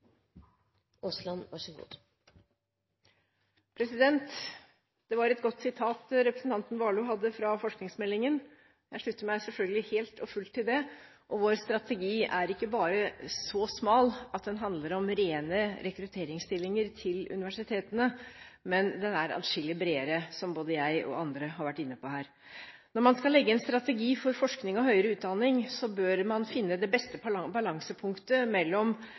side, og så kutter man i den samtidig. Det blir i verste fall dobbeltkommunikasjon og vanskelig å oppfatte en strategi. Det var et godt sitat representanten Warloe hadde fra forskningsmeldingen. Jeg slutter meg selvfølgelig helt og fullt til det. Vår strategi er ikke så smal at den bare handler om rene rekrutteringsstillinger til universitetene, den er atskillig bredere, som både jeg og andre har vært inne på. Når man skal legge en strategi for forskning og høyere utdanning, bør man finne det beste balansepunktet mellom